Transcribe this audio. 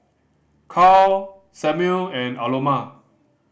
Carl Samuel and Aloma